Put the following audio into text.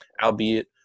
albeit